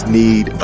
need